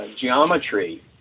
geometry